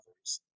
others